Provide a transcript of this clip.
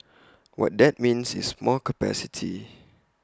what that means is more capacity